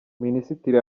minisitiri